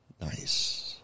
Nice